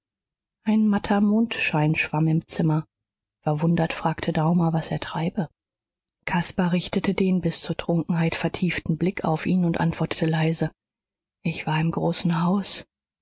ein matter mondschein schwamm im zimmer verwundert fragte daumer was er treibe caspar richtete den bis zur trunkenheit vertieften blick auf ihn und antwortete leise ich war im großen haus